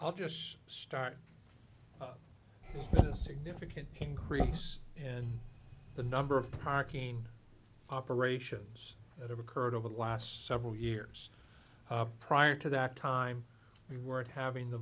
i'll just start a significant increase in the number of parking operations that have occurred over the last several years prior to that time we were at having the